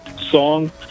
song